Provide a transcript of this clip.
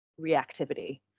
reactivity